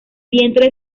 vientre